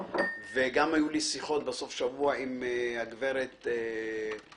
וגם היו לי שיחות בסוף השבוע עם הגב' טרנר,